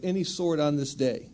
any sort on this day